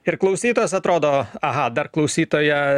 ir klausytojas atrodo aha dar klausytojo